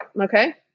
okay